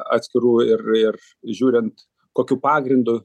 atskirų ir ir žiūrint kokiu pagrindu